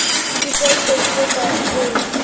सिंचाई कइसे करथे?